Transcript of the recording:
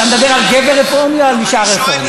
אתה מדבר על גבר רפורמי או על אישה רפורמית?